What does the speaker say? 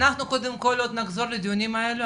אנחנו קודם כל עוד נחזור לדיונים האלה,